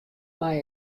mei